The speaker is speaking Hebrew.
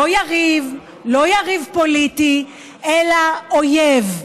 לא יריב, לא יריב פוליטי אלא אויב,